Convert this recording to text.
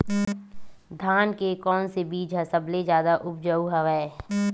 धान के कोन से बीज ह सबले जादा ऊपजाऊ हवय?